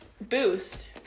boost